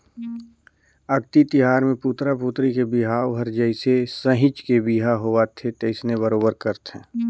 अक्ती तिहार मे पुतरा पुतरी के बिहाव हर जइसे सहिंच के बिहा होवथे तइसने बरोबर करथे